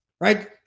right